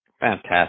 Fantastic